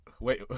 wait